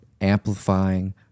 amplifying